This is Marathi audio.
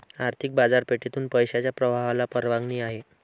आर्थिक बाजारपेठेतून पैशाच्या प्रवाहाला परवानगी आहे